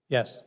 Yes